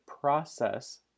process